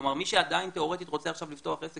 כלומר מי שעדיין תיאורטית רוצה עכשיו לפתוח עסק